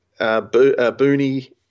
Booney